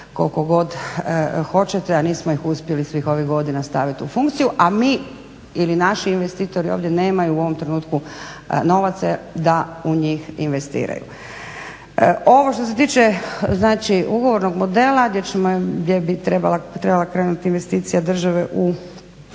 koliko god hoćete, a nismo ih uspjeli svih ovih godina stavit u funkciju. A mi ili naši investitori ovdje nemaju u ovom trenutku novaca da u njih investiraju. Ovo, što se tiče, znači ugovornog model, gdje bi trebala krenuti investicija države u